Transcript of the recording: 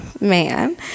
man